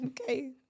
Okay